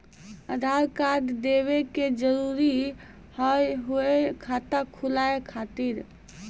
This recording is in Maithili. आधार कार्ड देवे के जरूरी हाव हई खाता खुलाए खातिर?